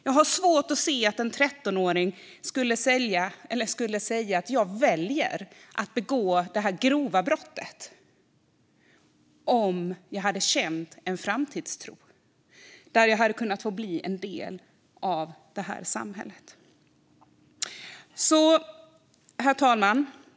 Jag har svårt att se att 13-åringar skulle välja att begå grova brott om de känt en framtidstro att kunna bli en del av samhället. Herr talman!